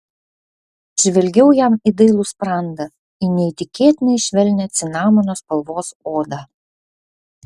žvelgiau jam į dailų sprandą į neįtikėtinai švelnią cinamono spalvos odą